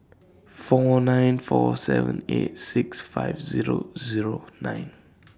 four nine four seven eight six five Zero Zero nine